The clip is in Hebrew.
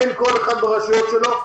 כל אחד ברשות שלו,